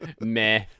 meh